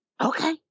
Okay